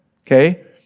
Okay